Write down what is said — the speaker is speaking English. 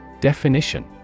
Definition